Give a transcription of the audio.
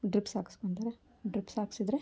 drips ಹಾಕ್ಸ್ಕೊಳ್ತಾರೆ drips ಹಾಕಿಸಿದ್ರೆ